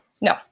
No